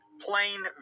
plain